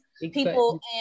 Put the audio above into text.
people